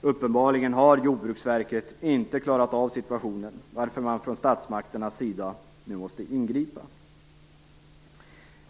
Uppenbarligen har Jordbruksverket inte klarat av situationen, varför man från statsmakternas sida nu måste ingripa.